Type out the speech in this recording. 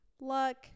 luck